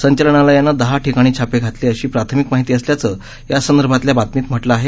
संचालनालयानं दहा ठिकाणी छापे घातले अशी प्राथमिक माहिती असल्याचं यासंदर्भातल्या बातमीत म्हटलं आहे